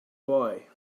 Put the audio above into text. boy